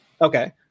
Okay